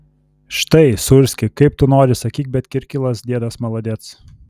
štai sūrski kaip tu nori sakyk bet kirkilas diedas maladec